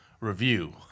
review